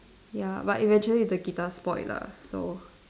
ya but eventually the guitar spoiled lah so